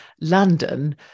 London